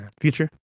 future